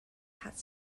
had